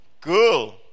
Cool